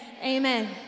Amen